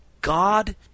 God